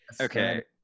okay